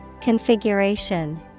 Configuration